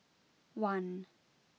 one